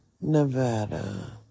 Nevada